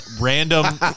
random